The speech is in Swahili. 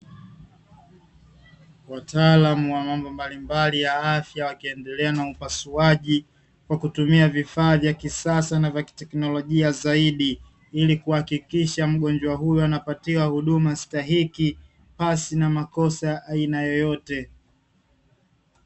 Wataalamu wa mambo mbalimbali ya afya wakiendelea na upasuaji kwa kutumia vifaa vya kisasa na vya kitekinolojia zaidi, ili kuhakikisha mgonjwa huyu anapatiwa huduma stahiki pasi na makosa ya aina yoyote.